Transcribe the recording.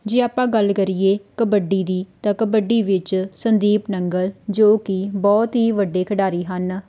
ਜੇ ਆਪਾਂ ਗੱਲ ਕਰੀਏ ਕਬੱਡੀ ਦੀ ਤਾਂ ਕਬੱਡੀ ਵਿੱਚ ਸੰਦੀਪ ਨੰਗਲ ਜੋ ਕਿ ਬਹੁਤ ਹੀ ਵੱਡੇ ਖਿਡਾਰੀ ਹਨ